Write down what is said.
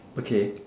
okay